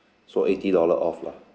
so eighty dollar off lah